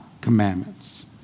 commandments